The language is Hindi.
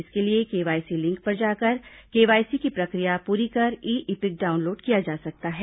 इसके लिए केवायसी लिंक पर जाकर केवायसी की प्रक्रिया पूरी कर ई इपिक डाउनलोड किया जा सकता है